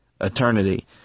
eternity